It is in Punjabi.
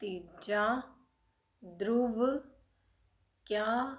ਤੀਜਾ ਦਰੁਵ ਕਿਹਾ